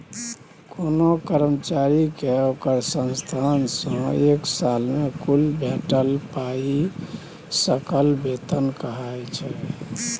कोनो कर्मचारी केँ ओकर संस्थान सँ एक साल मे कुल भेटल पाइ सकल बेतन कहाइ छै